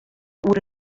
oer